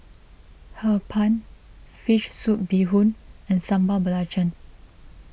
Hee Pan Fish Soup Bee Hoon and Sambal Belacan